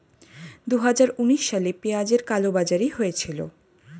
দুহাজার উনিশ সালে পেঁয়াজের কালোবাজারি হয়েছিল